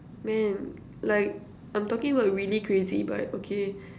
man like I'm talking about really crazy but okay